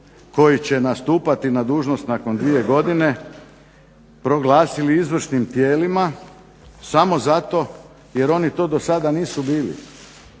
koji će nastupati na dužnost nakon dvije godine proglasili izvršnim tijelima samo zato jer oni to do sada nisu bili.